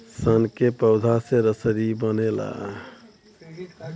सन के पौधा से रसरी बनला